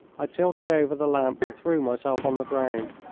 i tilted over the lamp and threw myself on the ground.